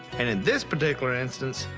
and in this particular instance,